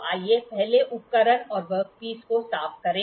तो आइए पहले उपकरण और वर्कपीस को साफ करें